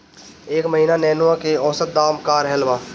एह महीना नेनुआ के औसत दाम का रहल बा?